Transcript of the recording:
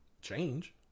Change